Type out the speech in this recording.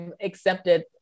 accepted